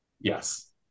Yes